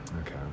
Okay